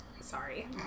Sorry